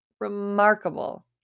remarkable